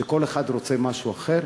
שכל אחד רוצה משהו אחר,